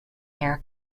air